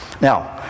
Now